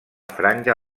franja